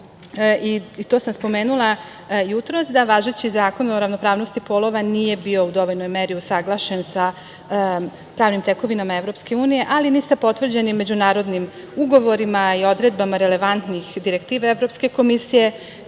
sam spomenula jutros da važeći Zakon o ravnopravnosti polova nije bio u dovoljnoj meri usaglašen sa pravnim tekovinama EU, ali ni sa potvrđenim međunarodnim ugovorima i odredbama relevantnih direktiva Evropske komisije,